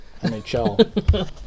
NHL